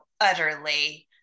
utterly